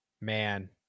man